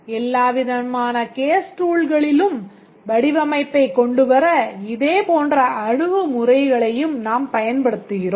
எல்லாவிதமான கேஸ் டூல்களிலும் வரையறுத்து உள்ளோம்